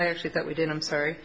i actually thought we did i'm sorry